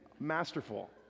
masterful